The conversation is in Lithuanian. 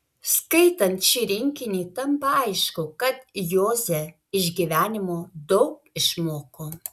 skaitant šį rinkinį tampa aišku kad joze iš gyvenimo daug išmoko